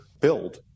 build